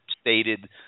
stated